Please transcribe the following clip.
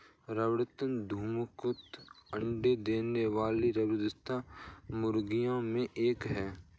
स्वर्ण धूमकेतु अंडे देने वाली सर्वश्रेष्ठ मुर्गियों में एक है